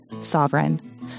Sovereign